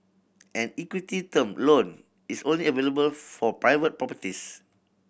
an equity term loan is only available for private properties